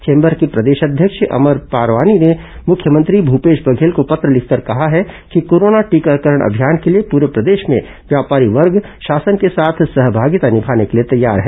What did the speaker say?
chamber के प्रदेश अध्यक्ष अमर परवानी ने मुख्यमंत्री भूपेश बघेल को पत्र लिखकर कहा है कि कोरोना टीकाकरण अभियान के लिए पूरे प्रदेश में व्यापारी वर्ग शासन के साथ सहभागिता निभाने के लिए तैयार है